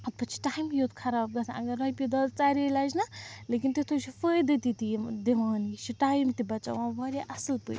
ہُتھ پٲٹھۍ چھُ ٹایمٕے یوت خراب گژھان اگر رۄپیہِ دَہ ژَرے لَجہِ نا لیکِن تیٛتھُے چھُ فٲیدٕ تہِ تہِ یِم دِوان یہِ چھِ ٹایم تہِ بَچاوان واریاہ اصٕل پٲٹھۍ